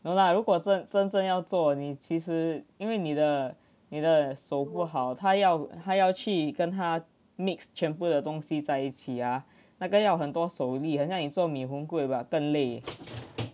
no lah 如果真真正要做你其实因为你的你的手不好他要他要去跟他 mixed 全部的东西在一起呀那个要很多手力很像你做 mee hoon kueh but 更累